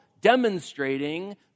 demonstrating